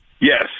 yes